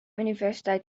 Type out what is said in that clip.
universiteit